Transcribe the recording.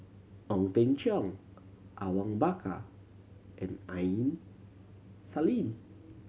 Ong Teng Cheong Awang Bakar and Aini Salim